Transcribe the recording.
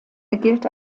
gilt